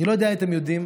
אני לא יודע אם אתם יודעים,